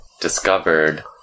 discovered